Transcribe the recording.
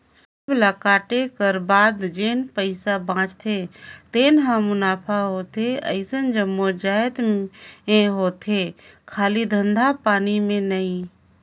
सबे ल कांटे कर बाद जेन पइसा बाचथे तेने हर मुनाफा होथे अइसन जम्मो जाएत में होथे खाली धंधा पानी में ही नई